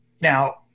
Now